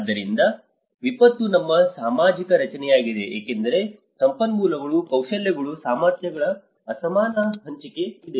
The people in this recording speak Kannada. ಆದ್ದರಿಂದ ವಿಪತ್ತು ಒಂದು ಸಾಮಾಜಿಕ ರಚನೆಯಾಗಿದೆ ಏಕೆಂದರೆ ಸಂಪನ್ಮೂಲಗಳು ಕೌಶಲ್ಯಗಳು ಸಾಮರ್ಥ್ಯಗಳ ಅಸಮಾನ ಹಂಚಿಕೆ ಇದೆ